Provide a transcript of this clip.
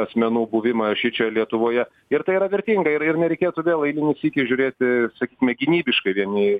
asmenų buvimą šičia lietuvoje ir tai yra vertinga ir ir nereikėtų vėl eilinį sykį žiūrėti sakykime gynybiškai vien į